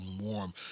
warm